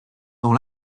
dans